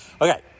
Okay